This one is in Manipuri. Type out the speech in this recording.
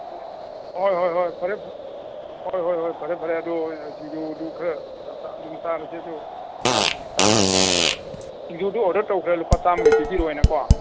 ꯍꯣꯏ ꯍꯣꯏ ꯍꯣꯏ ꯐꯔꯦ ꯐꯔꯦ ꯍꯣꯏ ꯍꯣꯏ ꯍꯣꯏ ꯐꯔꯦ ꯐꯔꯦ ꯑꯗꯨ ꯁꯤꯡꯖꯨꯗꯨ ꯈꯔ ꯑꯗꯨꯝ ꯆꯥꯔꯁꯤ ꯑꯗꯣ ꯐꯔꯦ ꯐꯔꯦ ꯁꯤꯡꯖꯨꯗꯨ ꯑꯣꯔꯗꯔ ꯇꯧꯈ꯭ꯔꯦ ꯂꯨꯄꯥ ꯆꯥꯝꯃꯒꯤ ꯄꯤꯕꯤꯔꯣꯅꯀꯣ